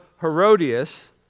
Herodias